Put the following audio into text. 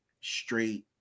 straight